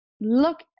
look